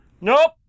Nope